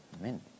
Amen